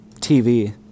TV